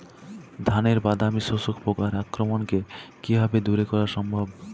ধানের বাদামি শোষক পোকার আক্রমণকে কিভাবে দূরে করা সম্ভব?